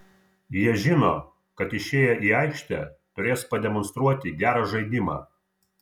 jie žino kad išėję į aikštę turės pademonstruoti gerą žaidimą